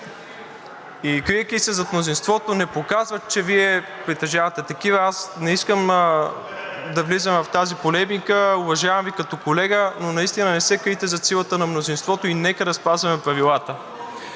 И криейки се зад мнозинството, не показва, че Вие притежавате такива. Не искам да влизаме в тази полемика. Уважавам Ви като колега, но наистина не се крийте зад силата на мнозинството и нека да спазваме правилата.